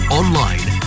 online